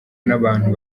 n’abantu